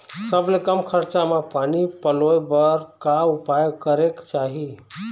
सबले कम खरचा मा पानी पलोए बर का उपाय करेक चाही?